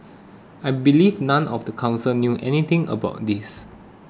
I believe none of the council knew anything about this